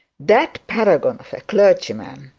that paragon of a clergyman,